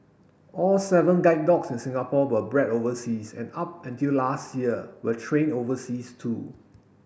all seven guide dogs in Singapore were bred overseas and up until last year were trained overseas too